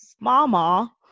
mama